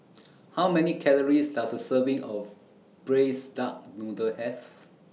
How Many Calories Does A Serving of Braised Duck Noodle Have